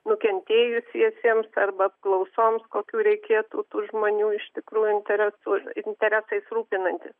nukentėjusiesiems arba apklausoms kokių reikėtų tų žmonių iš tikrųjų interesus interesais rūpinantis